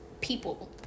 people